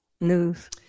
news